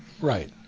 Right